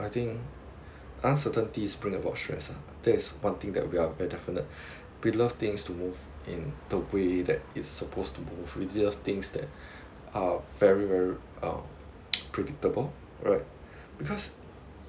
I think uncertainties bring a lot of stress ah that is one thing that we are preferable we love things to move in the way that it suppose to move we love things that are very very um predictable right because